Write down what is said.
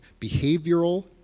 behavioral